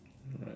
right